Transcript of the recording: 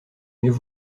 mieux